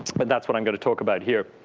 but that's what i'm going to talk about here.